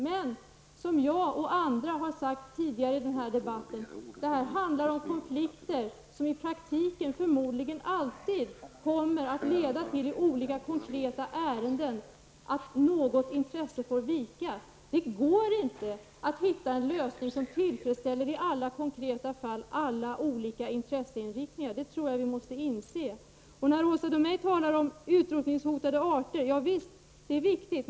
Men, som jag och andra har sagt tidigare i den här debatten, det här handlar om konflikter som i konkreta ärenden i praktiken förmodligen alltid kommer att leda till att något intresse får vika. Det går inte att hitta en lösning som tillfredsställer alla olika intresseinriktningar i alla konkreta fall. Det tror jag att vi måste inse. Det som Åsa Domeij talar om när det gäller utrotningshotade arter är viktigt.